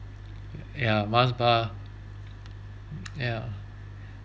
ya mars bar ya